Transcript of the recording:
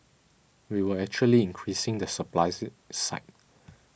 we were actually increasing the supply side